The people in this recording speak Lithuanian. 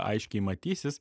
aiškiai matysis